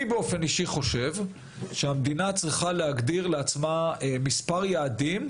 אני חושב שהמדינה צריכה להגדיר לעצמה מספר יעדים,